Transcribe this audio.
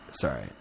Sorry